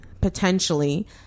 potentially